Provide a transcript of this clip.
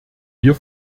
wir